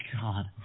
God